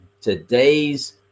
today's